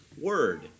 word